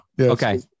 Okay